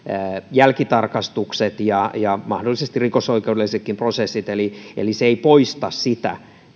jälkitarkastukset ja ja mahdollisesti rikosoikeudellisetkin prosessit eli eli se ei poista sitä